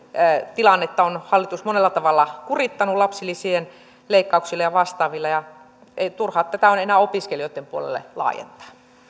tilannetta on hallitus monella tavalla kurittanut lapsilisien leikkauksilla ja vastaavilla ja turha tätä on enää opiskelijoitten puolelle laajentaa